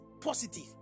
positive